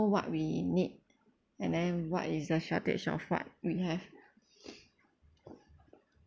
what we need and then what is the shortage of what we have